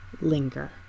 Linger